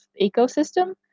ecosystem